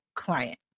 client